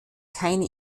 keine